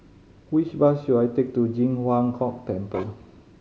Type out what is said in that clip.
which bus should I take to Ji Huang Kok Temple